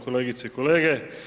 Kolegice i kolege.